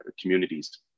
communities